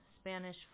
Spanish